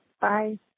Bye